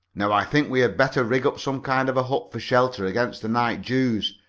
now i think we had better rig up some kind of a hut for shelter against the night dews,